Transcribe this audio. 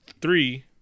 three